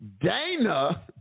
Dana